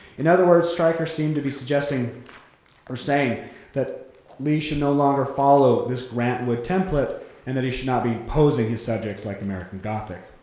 in other words, stryker seemed to be suggesting or saying that lee should no longer follow this grant wood template and that he should not be posing his subjects like american gothic.